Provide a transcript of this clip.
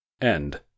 End